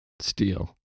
Steel